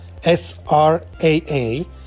SRAA